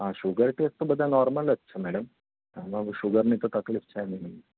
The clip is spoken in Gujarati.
હા શુગર ટેસ્ટ તો બધાં નોર્મલ જ છે મેડમ એમાં શુગરની તો તકલીફ છે નહીં